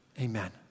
Amen